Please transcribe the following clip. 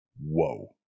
Whoa